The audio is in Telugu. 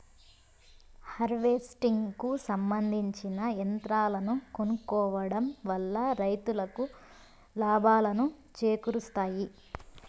హార్వెస్టింగ్ కు సంబందించిన యంత్రాలను కొనుక్కోవడం వల్ల రైతులకు లాభాలను చేకూరుస్తాయి